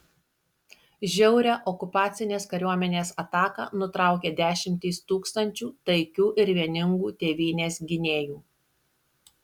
žiaurią okupacinės kariuomenės ataką nutraukė dešimtys tūkstančių taikių ir vieningų tėvynės gynėjų